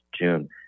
June